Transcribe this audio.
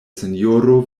sinjoro